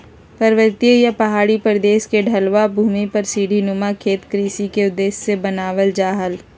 पर्वतीय या पहाड़ी प्रदेश के ढलवां भूमि पर सीढ़ी नुमा खेत कृषि के उद्देश्य से बनावल जा हल